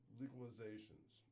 legalizations